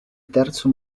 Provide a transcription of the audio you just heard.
terzo